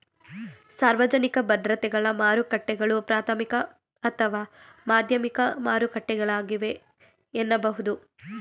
ಸಾರ್ವಜನಿಕ ಭದ್ರತೆಗಳ ಮಾರುಕಟ್ಟೆಗಳು ಪ್ರಾಥಮಿಕ ಅಥವಾ ಮಾಧ್ಯಮಿಕ ಮಾರುಕಟ್ಟೆಗಳಾಗಿವೆ ಎನ್ನಬಹುದು